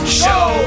show